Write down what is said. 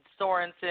Sorensen